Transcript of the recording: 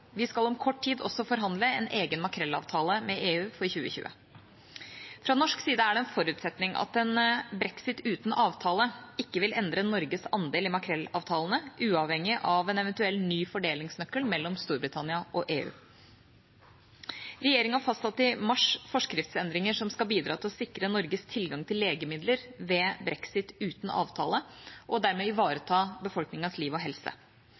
Vi skal om kort tid også forhandle en egen makrellavtale med EU for 2020. Fra norsk side er det en forutsetning at en brexit uten avtale ikke vil endre Norges andel i makrellavtalene, uavhengig av en eventuell ny fordelingsnøkkel mellom Storbritannia og EU. Regjeringa fastsatte i mars forskriftsendringer som skal bidra til å sikre Norges tilgang til legemidler ved brexit uten avtale og dermed ivareta befolkningens liv og helse.